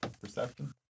Perception